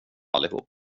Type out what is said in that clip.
allihop